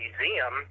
museum